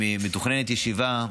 ומתוכננת ישיבה,